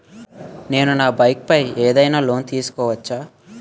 నేను నా బైక్ పై ఏదైనా లోన్ తీసుకోవచ్చా?